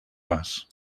bas